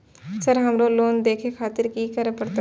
Sir हमरो loan देखें खातिर की करें परतें?